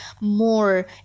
more